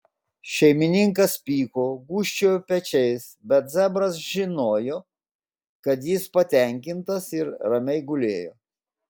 šeimininkas pyko gūžčiojo pečiais bet zebras žinojo kad jis patenkintas ir ramiai gulėjo